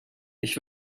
ich